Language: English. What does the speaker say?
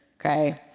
okay